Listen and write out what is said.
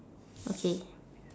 okay